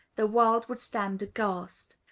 the world would stand aghast.